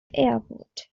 airport